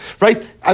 Right